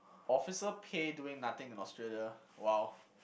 officer pay doing nothing in Australia !wow!